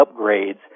upgrades